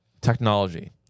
Technology